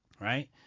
right